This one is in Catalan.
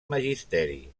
magisteri